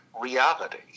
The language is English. reality